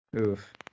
oof